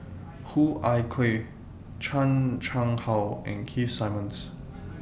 Hoo Ah Kay Chan Chang How and Keith Simmons